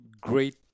great